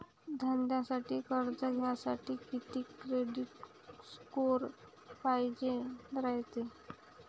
धंद्यासाठी कर्ज घ्यासाठी कितीक क्रेडिट स्कोर पायजेन रायते?